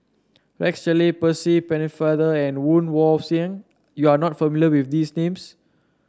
Rex Shelley Percy Pennefather and Woon Wah Siang you are not familiar with these names